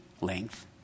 length